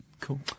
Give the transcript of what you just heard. Cool